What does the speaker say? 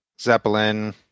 Zeppelin